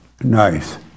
Nice